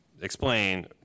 explain